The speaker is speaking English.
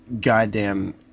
goddamn